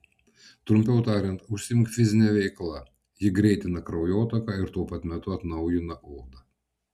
trumpiau tariant užsiimk fizine veikla ji greitina kraujotaką ir tuo pat metu atnaujina odą